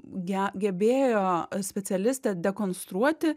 ge gebėjo specialistė dekonstruoti